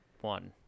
one